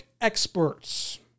experts